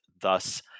thus